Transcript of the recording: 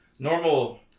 Normal